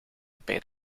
bij